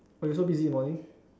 oh you're also busy in the morning